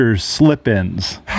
slip-ins